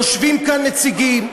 יושבים כאן נציגים,